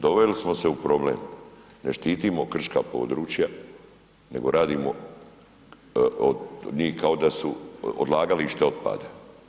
Doveli smo se u problem, ne štitimo krška područja nego radimo od njih kao da su odlagališta otpada.